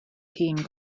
hun